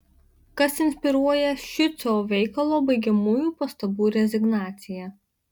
kas inspiruoja šiuco veikalo baigiamųjų pastabų rezignaciją